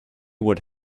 would